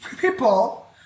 people